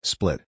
Split